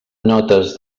notes